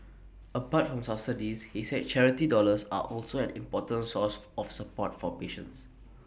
apart from subsidies he said charity dollars are also an important source of support for patients